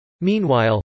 Meanwhile